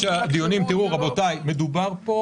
מדובר פה